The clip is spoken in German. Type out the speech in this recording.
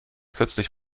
kürzlich